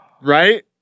Right